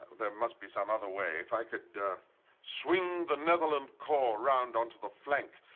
there must be some other way. if i could swing the netherland corps around onto the flank.